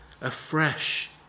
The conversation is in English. afresh